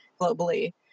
globally